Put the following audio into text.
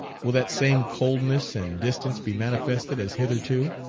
will that same coldness and distance be manifested as hitherto?